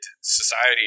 society